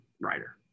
writer